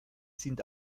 sind